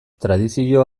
tradizio